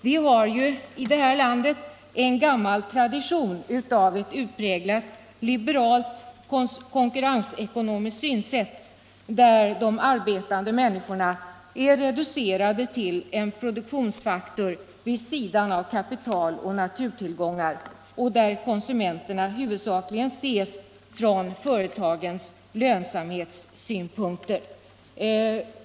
Vi har ju i det här landet en gammal tradition av ett utpräglat liberalt konkurrensekonomiskt synsätt där de arbetande människorna är reducerade till en produktionsfaktor vid sidan av kapital och naturtillgångar och där konsumenterna huvudsakligen ses från företagens lönsamhetssynpunkter.